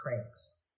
cranks